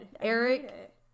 Eric